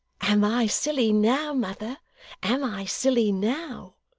am i silly now, mother am i silly now